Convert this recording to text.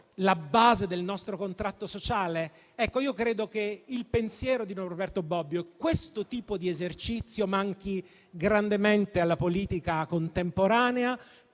la base del nostro contratto sociale? Ecco io credo che il pensiero di Norberto Bobbio, questo tipo di esercizio, manchi grandemente alla politica contemporanea.